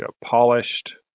polished